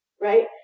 right